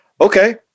okay